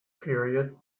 period